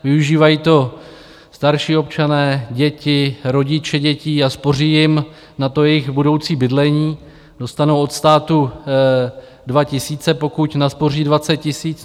Využívají to starší občané, děti, rodiče dětí a spoří jim na jejich budoucí bydlení, dostanou od státu dva tisíce, pokud naspoří dvacet tisíc.